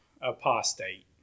apostate